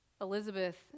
Elizabeth